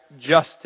justice